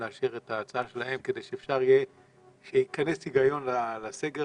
כדי שאפשר יהיה שייכנס היגיון לסגר